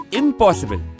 impossible